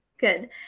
Good